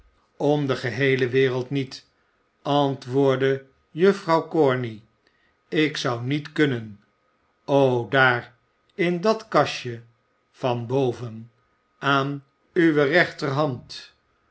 om de geheele wereld niet antwoordde juffrouw corney ik zou niet kunnen o daar in dat kastje van boven aan uwe rechterhand